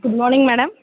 good morning madam